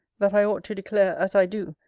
that i ought to declare, as i do,